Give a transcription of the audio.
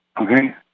okay